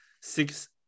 six